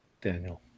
Daniel